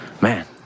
man